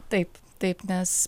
taip taip nes